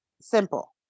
Simple